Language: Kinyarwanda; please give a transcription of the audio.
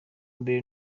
mbere